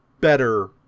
better